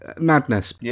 madness